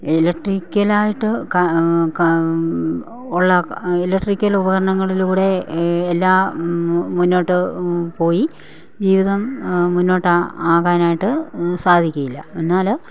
ഇലക്ട്രിക്കലായിട്ട് ഉള്ള ഇലക്ട്രിക്കൽ ഉപകരണങ്ങളിലൂടെ എല്ലാം മുന്നോട്ട് പോയി ജീവിതം മുന്നോട്ട് ആകാനായിട്ട് സാധിക്കുകയില്ല എന്നാൽ